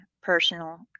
personal